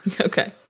Okay